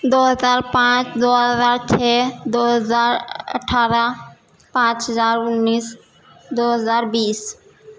دو ہزار پانچ دو ہزار چھ دو ہزار اٹھارہ پانچ ہزار انیس دو ہزار بیس